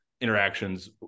interactions